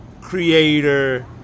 creator